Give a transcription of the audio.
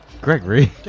Gregory